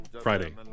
Friday